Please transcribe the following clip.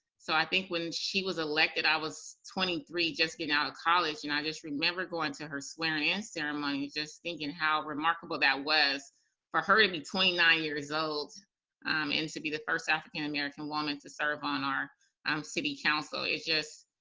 so, i think when she was elected, i was twenty three, just getting out of college, and i just remember going to her swearing-in ceremony, just thinking how remarkable that was for her to be twenty nine years old um and to be the first african american woman to serve on our um city council. it just